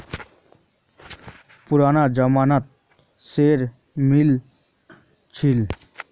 पुराना जमाना त शेयर मिल छील